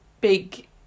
big